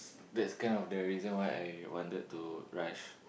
that's kind of the reason why I wanted to rush